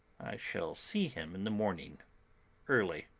shall see him in the morning early.